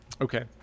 okay